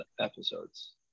episodes